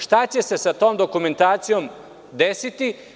Šta će se sa tom dokumentacijom desiti?